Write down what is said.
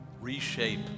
Reshape